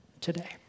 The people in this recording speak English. today